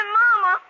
mama